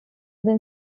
other